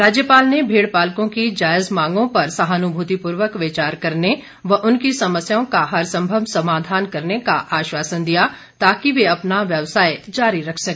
राज्यपाल ने भेड़पालकों की जायज मांगों पर सहानुभूतिपूर्वक विचार करने व उनकी समस्याओं का हरसंभव समाधान करने का आश्वासन दिया ताकि वे अपना व्यवसाय जारी रख सके